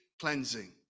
cleansing